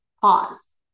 pause